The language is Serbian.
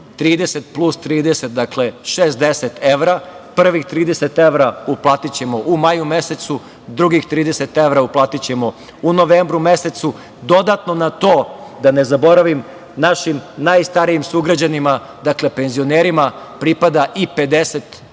30 plus 30, dakle 60 evra. Prvih 30 evra uplatićemo u maju mesecu, drugih 30 evra uplatićemo u novembru mesecu. Dodatno na to, da ne zaboravim, našim najstarijim sugrađanima penzionerima pripada i 50 evra